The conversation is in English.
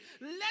Let